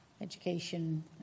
education